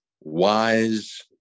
wise